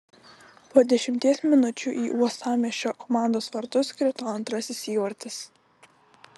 po dešimties minučių į uostamiesčio komandos vartus krito antrasis įvartis